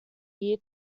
year